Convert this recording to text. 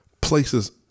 places